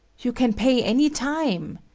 you can pay any time.